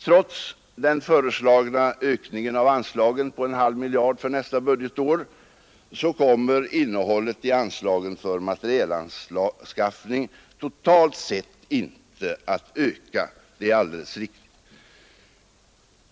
Trots den föreslagna ökningen av anslaget med nära en halv miljard för nästa budgetår kommer anslaget för materielanskaffning totalt sett inte att öka. Det är alldeles riktigt.